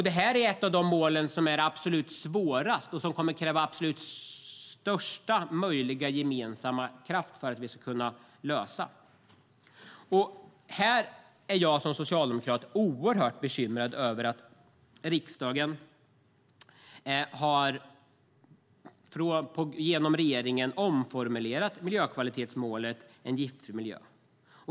Det här är ett av de absolut svåraste målen. Det kommer att krävas största möjliga gemensamma kraft för att vi ska kunna lösa det. Här är jag som socialdemokrat oerhört bekymrad över att riksdagen genom regeringen har omformulerat miljökvalitetsmålet om en giftfri miljö.